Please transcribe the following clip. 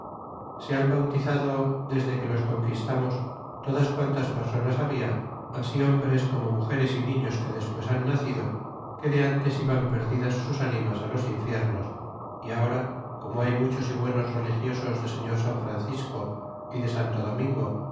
se han bautizado desde que los conquistamos todas quantas personas habia así hombres como mugeres y niños que despues han nacido que de ntes iban perdidas sus ánimas los infiernos y ahora como hay muchos y buenos religiosos de señor san francisco y de santo domingo